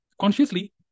consciously